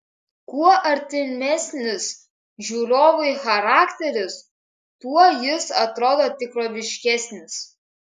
kuo artimesnis žiūrovui charakteris tuo jis atrodo tikroviškesnis